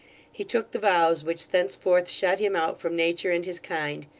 he took the vows which thenceforth shut him out from nature and his kind,